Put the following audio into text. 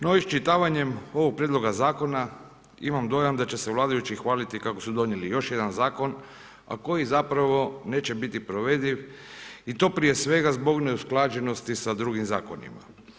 No iščitavanjem ovog prijedloga zakona imam dojam da će se vladajući hvaliti kako su donijeli još jedan zakon, a koji zapravo neće biti provediv i to prije svega zbog neusklađenosti sa drugim zakonima.